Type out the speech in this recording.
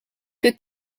que